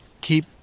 keep